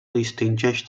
distingeix